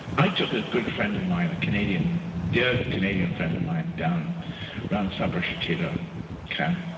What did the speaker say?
i took a good friend of mine, a canadian yeah canadian friend of mine down around sabra shateela camp,